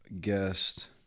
guest